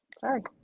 Sorry